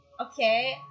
Okay